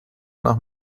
nach